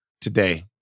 today